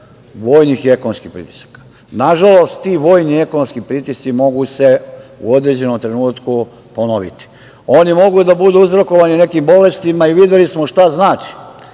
vojnih i ekonomskih pritisaka. Nažalost, ti vojni i ekonomski pritisci mogu se u određenom trenutku ponoviti. Oni mogu da budu uzrokovani nekim bolestima i videli smo šta znači